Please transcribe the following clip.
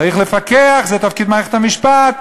צריך לפקח, זה תפקיד מערכת המשפט,